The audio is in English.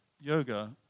yoga